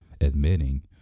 admitting